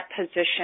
position